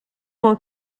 mon